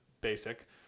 basic